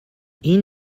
این